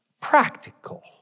practical